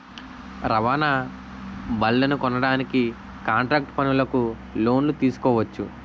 రవాణా బళ్లనుకొనడానికి కాంట్రాక్టు పనులకు లోను తీసుకోవచ్చు